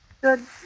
Good